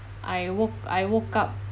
I woke I woke up